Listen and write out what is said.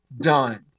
done